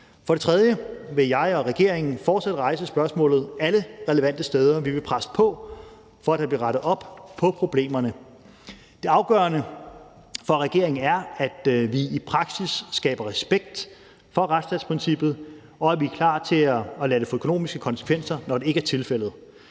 For det tredje vil jeg og regeringen fortsat rejse spørgsmålet alle relevante steder. Vi vil presse på for, at der bliver rettet op på problemerne. Det afgørende for regeringen er, at vi i praksis skaber respekt for retsstatsprincippet, og at vi er klar til at lade det få økonomiske konsekvenser, når det ikke er tilfældet.